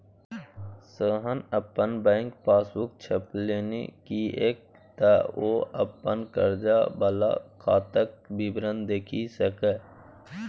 सोहन अपन bank passbook छपेलनि किएक तँ ओ अपन कर्जा वला खाताक विवरण देखि सकय